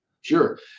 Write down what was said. sure